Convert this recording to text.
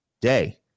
day